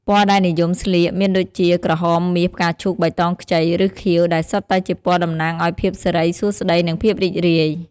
ពណ៌ដែលនិយមស្លៀកមានដូចជា ក្រហម មាស ផ្កាឈូក បៃតងខ្ចី ឬខៀវ ដែលសុទ្ធតែជាពណ៌តំណាងឱ្យភាពសិរីសួស្តី និងភាពរីករាយ។